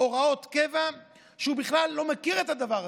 בהוראות קבע כשהוא בכלל לא מכיר את הדבר הזה.